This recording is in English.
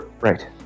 Right